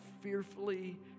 fearfully